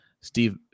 Steve